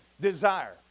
desire